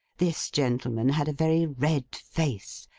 this gentleman had a very red face,